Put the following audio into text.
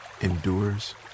endures